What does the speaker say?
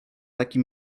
taki